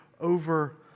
over